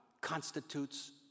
constitutes